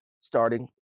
starting